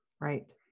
Right